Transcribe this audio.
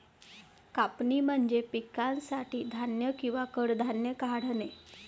कापणी म्हणजे पिकासाठी धान्य किंवा कडधान्ये काढणे